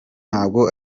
ntabwo